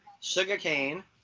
Sugarcane